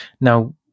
Now